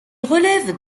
relève